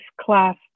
class